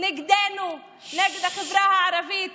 נגדנו, נגד החברה הערבית.